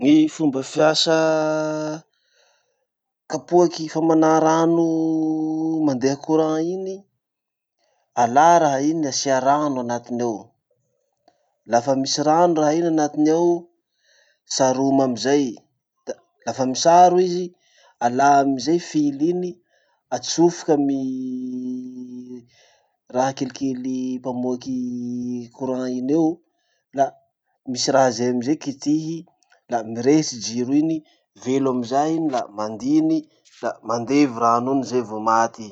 Gny fomba fiasa kapoaky famanà rano mandeha courant iny. Alà raha iny asia rano anatiny ao, lafa misy rano raha iny anatiny ao, saromy amizay, da lafa misaro izy, alà amizay fily iny, atsofoky amy raha kelikely mpamoaky courant iny eo, la misy raha zay amizay kitihy la mirehitsy jiro iny. Velo amizay iny la mandiny, la mandevy rano iny zay vo maty i.